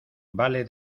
vale